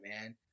man